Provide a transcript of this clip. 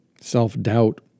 self-doubt